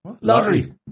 Lottery